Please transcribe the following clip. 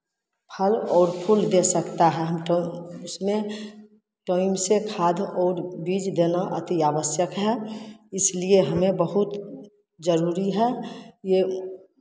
फल और फूल दे सकता है उसमें टाइम से खाद और बीज देना अति आवश्यक है इसलिये हमें बहुत जरूरी है ये